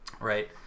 Right